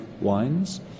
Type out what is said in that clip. Wines